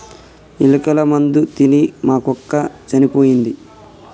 ఎలుకల మందు తిని మా కుక్క చనిపోయింది